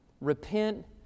repent